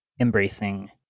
embracing